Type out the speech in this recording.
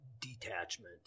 detachment